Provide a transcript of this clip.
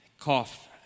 cough